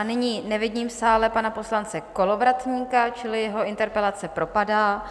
Nyní nevidím v sále pana poslance Kolovratníka, čili jeho interpelace propadá.